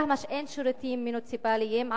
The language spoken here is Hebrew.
בדהמש אין שירותים מוניציפליים,